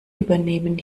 übernehmen